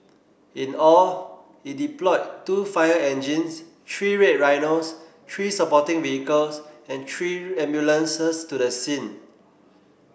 in all it deployed two fire engines three Red Rhinos three supporting vehicles and three ambulances to the scene